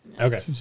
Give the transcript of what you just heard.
Okay